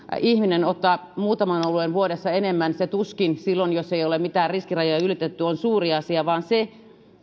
ihminen ottaa muutaman oluen vuodessa enemmän se tuskin silloin jos ei ole mitään riskirajoja ylitetty on suuri asia vaan se